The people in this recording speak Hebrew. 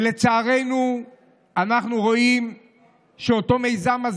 לצערנו אנחנו רואים שאותו מיזם,